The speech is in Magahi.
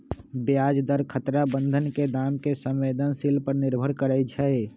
ब्याज दर खतरा बन्धन के दाम के संवेदनशील पर निर्भर करइ छै